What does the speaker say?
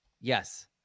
Yes